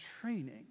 training